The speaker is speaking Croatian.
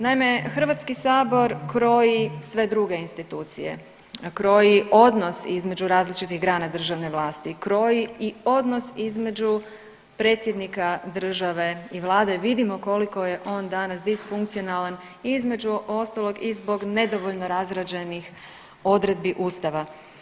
Naime HS kroji sve druge institucije, a kroji odnos između različitih grana državne vlasti, kroji i odnos između predsjednika države i vlade, vidimo koliko je on danas disfunkcionalan, između ostalog i zbog nedovoljno razrađenih odredbi ustava.